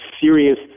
serious